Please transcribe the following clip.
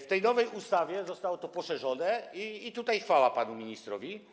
W tej nowej ustawie zostało to poszerzone - i tutaj chwała panu ministrowi,